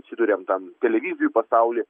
atsiduriam tam galimybių pasauly